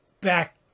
back